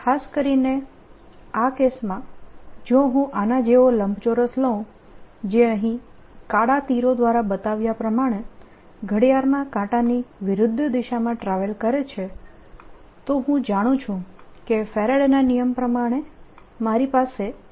ખાસ કરીને આ કેસમાં જો હું આના જેવો લંબચોરસ લઉં જે અહીં કાળા તીરો દ્વારા બતાવ્યા પ્રમાણે ઘડિયાળના કાંટાની વિરુદ્ધ દિશામાં ટ્રાવેલ કરે છે તો હું જાણું છું કે ફેરાડેના નિયમ પ્રમાણે મારી પાસે E